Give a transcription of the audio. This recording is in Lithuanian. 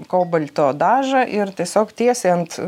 kobalto dažą ir tiesiog tiesiai ant